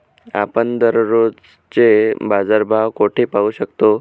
आपण दररोजचे बाजारभाव कोठे पाहू शकतो?